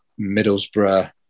Middlesbrough